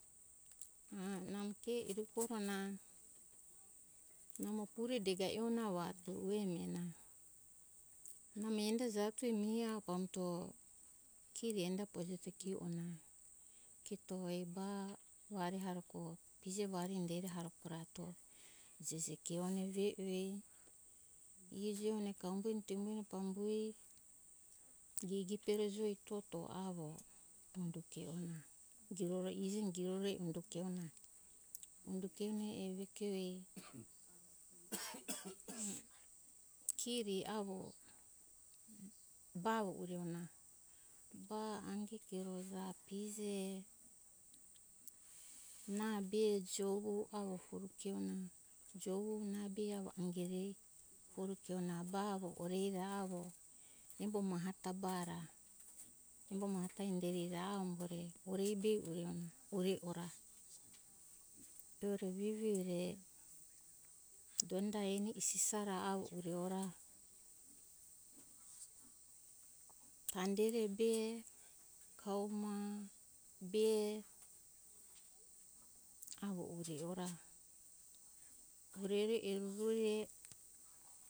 Ah namo ke ere korona namo pure dega e ona avo ati ue mihena namo meni ta javote mihe avo pambuto kiri enda pure kito ei ma vari harako pije vari inderi harikura sese kione ve ue pije kone kahumbe eto ue pambue iji dipori hio toto avo puto kiona kiroro iji ingio eto kiona iji nei evi kio uh uh uh. kiri avo ba avo uje ona. ba ange kero ba pije na be joru avo kiona joru na be avo ange re pure kiona ba avo ore ira avo embo maha ta ba ra. embo maha ta indari ra avo umbore pure be evi ona pure ora do re vivi ore